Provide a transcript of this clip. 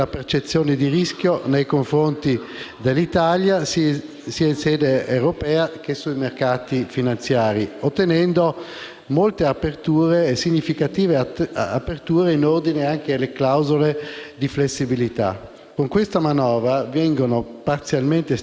ottenendo molte significative aperture anche in ordine alle clausole di flessibilità. Con questa manovra vengono parzialmente sterilizzate le clausole di salvaguardia, e ciò renderà più facile disinnescare l'aumento IVA con la legge di bilancio 2018.